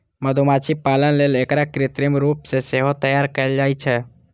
मधुमाछी पालन लेल एकरा कृत्रिम रूप सं सेहो तैयार कैल जाइ छै